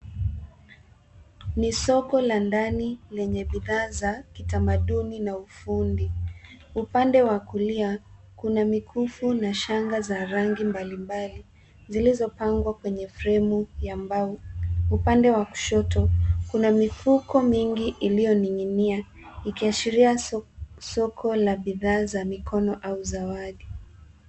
Ni soko la ndani lenye bidhaa za kitamaduni na ufundi. Upande wa kulia kuna mikufu na shanga za rangi mbalimbali zilizopangwa kwenye fremu ya mbao. Upande wa kushoto kuna mifuko mingi iliyoning'inia ikiashiria soko la bidhaa za mikono au zawadi.